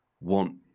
want